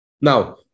Now